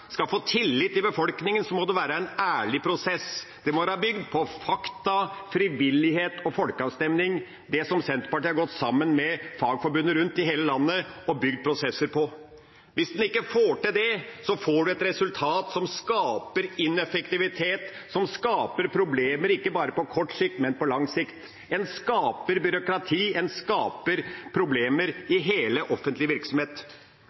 skal få tillit i befolkningen, må det være en ærlig prosess. Det må være bygd på fakta, frivillighet og folkeavstemning – det som Senterpartiet har gått sammen med Fagforbundet om rundt i hele landet og bygd prosesser på. Hvis en ikke får til det, får en et resultat som skaper ineffektivitet, som skaper problemer ikke bare på kort sikt, men også på lang sikt. En skaper byråkrati, en skaper problemer i all offentlig virksomhet.